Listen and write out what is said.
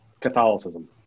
Catholicism